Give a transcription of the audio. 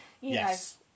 Yes